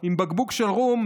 הו עם בקבוק של רום",